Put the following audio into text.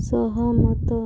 ସହମତ